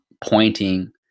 pointing